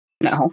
No